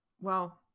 Well-